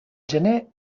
gener